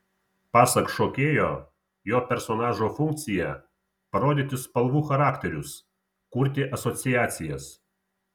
pasak šokėjo jo personažo funkcija parodyti spalvų charakterius kurti asociacijas